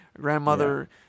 grandmother